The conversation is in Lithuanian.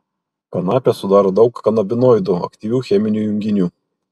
kanapę sudaro daug kanabinoidų aktyvių cheminių junginių